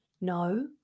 no